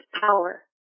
power